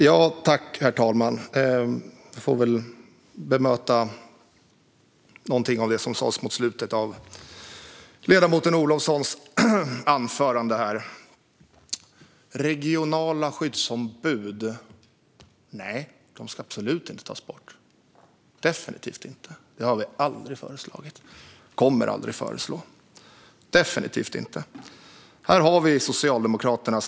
Herr talman! Jag får väl bemöta någonting av det som sas mot slutet av ledamoten Olovssons anförande. De regionala skyddsombuden ska absolut inte tas bort, definitivt inte. Det har vi aldrig föreslagit och kommer aldrig att föreslå. Här har vi Socialdemokraterna.